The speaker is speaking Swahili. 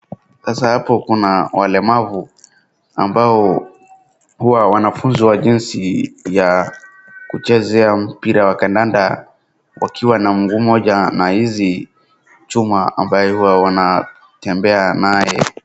Sasa hapo kuna walemavu ambao huwa wanafunzwa jinsi ya kuchezea mpira wa kandanda wakiwa na mguu mmoja na hizi chuma ambaye huwa wanatembea naye.